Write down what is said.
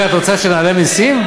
רגע, את רוצה שנעלה מסים?